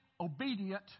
obedient